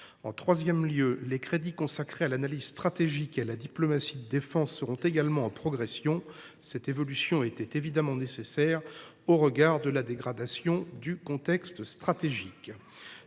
En troisième lieu, les crédits consacrés à l’analyse stratégique et à la diplomatie de défense seront également en progression. Cette évolution était évidemment nécessaire au regard de la dégradation du contexte stratégique.